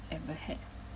ever had